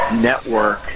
network